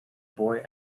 boy